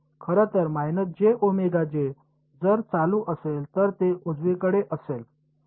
खरं तर जर चालू असेल तर ते उजवीकडे असेल